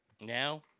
Now